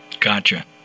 Gotcha